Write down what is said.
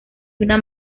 una